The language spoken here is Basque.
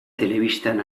telebistan